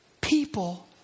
people